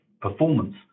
performance